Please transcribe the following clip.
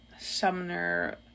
Sumner